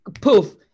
poof